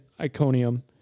Iconium